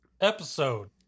episode